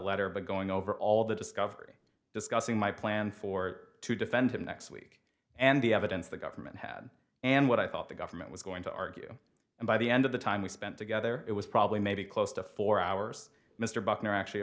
letter but going over all the discovery discussing my plan for to defend him next week and the evidence the government had and what i thought the government was going to argue and by the end of the time we spent together it was probably maybe close to four hours mr buckner actually